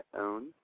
own